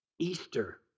Easter